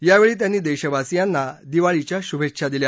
यावेळी त्यांनी देशवासियांना दिवाळीच्या शुभेच्छा दिल्या